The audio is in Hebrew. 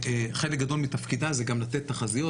שחלק גדול מתפקידה זה גם לתת תחזיות.